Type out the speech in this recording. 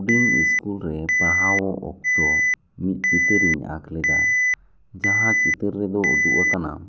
ᱦᱩᱰᱤᱧ ᱥᱠᱩᱞ ᱨᱮ ᱯᱟᱲᱦᱟᱣ ᱚᱠᱛᱚ ᱢᱤᱫ ᱪᱤᱛᱟᱹᱨ ᱤᱧ ᱟᱠ ᱞᱮᱫᱟ ᱡᱟᱦᱟᱸ ᱪᱤᱛᱟᱹᱨ ᱨᱮᱫᱚ ᱩᱫᱩᱜ ᱟᱠᱟᱱᱟ